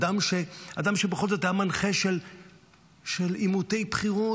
אדם שבכל זאת היה מנחה של עימותי בחירות,